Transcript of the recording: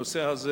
הנושא הזה